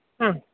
ആ